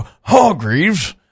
Hargreaves